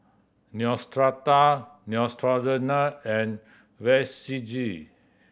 Neostrata Neutrogena and